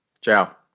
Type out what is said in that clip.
Ciao